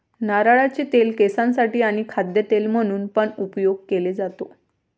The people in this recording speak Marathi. नारळाचे तेल केसांसाठी आणी खाद्य तेल म्हणून पण उपयोग केले जातो